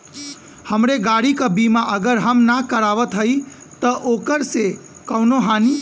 हमरे गाड़ी क बीमा अगर हम ना करावत हई त ओकर से कवनों हानि?